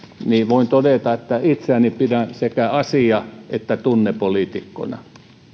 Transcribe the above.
voin todeta että itseäni pidän sekä asia että tunnepoliitikkona